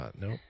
Nope